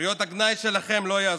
קריאות הגנאי שלכם לא יעזרו,